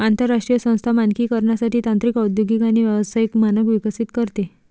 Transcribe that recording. आंतरराष्ट्रीय संस्था मानकीकरणासाठी तांत्रिक औद्योगिक आणि व्यावसायिक मानक विकसित करते